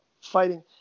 fighting